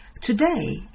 Today